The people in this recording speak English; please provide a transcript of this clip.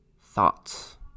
thoughts